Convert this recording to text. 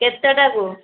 କେତେଟାକୁ